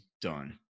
done